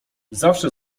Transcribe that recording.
zawsze